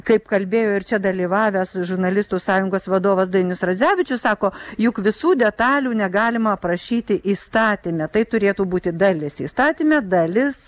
kaip kalbėjo ir čia dalyvavęs žurnalistų sąjungos vadovas dainius radzevičius sako juk visų detalių negalima aprašyti įstatyme tai turėtų būti dalis įstatyme dalis